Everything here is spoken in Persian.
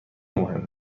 مهم